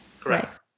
correct